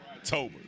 October